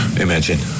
imagine